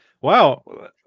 wow